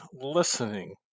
listening